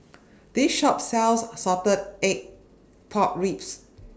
This Shop sells Salted Egg Pork Ribs